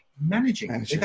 managing